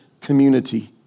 community